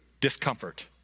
discomfort